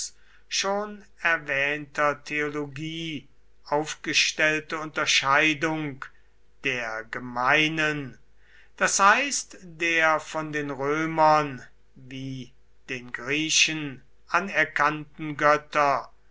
schon erwähnter theologie aufgestellte unterscheidung der gemeinen d h der von den römern wie den griechen anerkannten götter